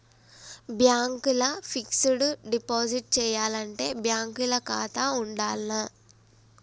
Bank ల fixed deposit చేయాలంటే bank ల ఖాతా ఉండాల్నా?